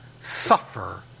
suffer